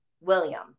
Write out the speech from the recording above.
william